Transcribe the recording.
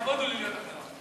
לכבוד הוא לי להיות אחריו.